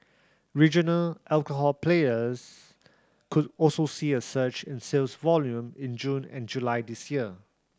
regional alcohol players could also see a surge in sales volume in June and July this year